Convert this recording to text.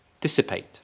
dissipate